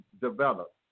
develop